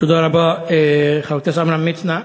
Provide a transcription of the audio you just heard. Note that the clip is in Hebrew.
תודה רבה, חבר הכנסת עמרם מצנע.